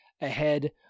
ahead